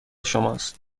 شماست